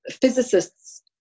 physicists